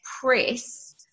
press